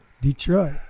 Detroit